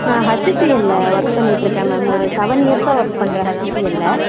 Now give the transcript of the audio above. நா ஹச்சுசிஎல்ல ஒர்க் பண்ணிகிட்ருக்கேன் மேம் ஒரு சவன் இயர்ஸாக ஒர்க் பண்ணுறேன் ஹச்சுசிஎலில்